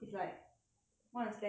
want to stand out is a bit hard